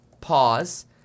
pause